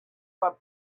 from